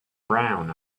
brown